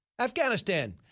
Afghanistan